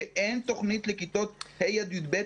שאין תוכנית לכיתות ה' עד י"ב.